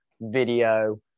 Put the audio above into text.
video